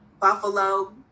buffalo